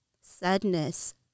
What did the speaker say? sadness